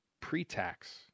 pre-tax